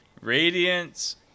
Radiance